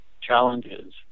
challenges